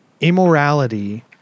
immorality